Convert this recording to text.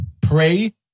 pray